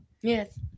Yes